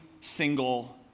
single